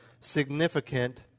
significant